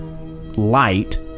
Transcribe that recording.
light